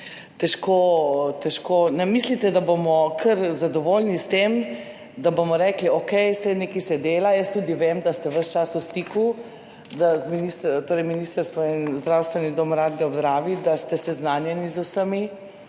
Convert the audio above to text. to težko – ne mislite, da bomo kar zadovoljni s tem, da bomo rekli, okej, saj nekaj se dela. Jaz tudi vem, da ste ves čas v stiku, ministrstvo in Zdravstveni dom Radlje ob Dravi, da ste seznanjeni z vsemi